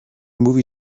movie